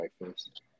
Breakfast